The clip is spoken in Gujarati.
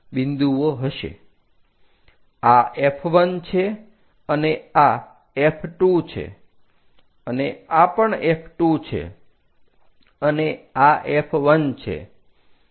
આ F1 છે અને આ F2 છે અને આ પણ F2 છે અને આ F1 છે